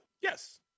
Yes